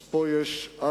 אז א.